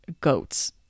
goats